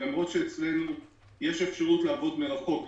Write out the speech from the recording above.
אצלנו יש אפשרות לעבוד מרחוק,